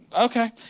Okay